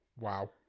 Wow